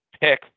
pick